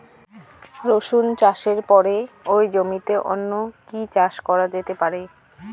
রসুন চাষের পরে ওই জমিতে অন্য কি চাষ করা যেতে পারে?